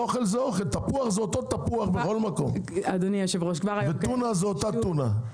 תפוח זה אותו תפוח וטונה זו אותה טונה.